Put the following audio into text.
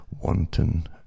wanton